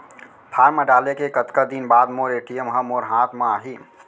Form डाले के कतका दिन बाद मोर ए.टी.एम ह मोर हाथ म आही?